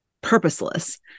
purposeless